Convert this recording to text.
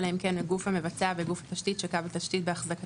אלא אם כן בגוף המבצע בגוף התשתית של קו התשתית בהחזקתו,